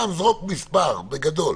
זרוק מספר בגדול.